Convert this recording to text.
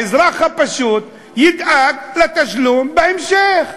והאזרח הפשוט ידאג לתשלום בהמשך.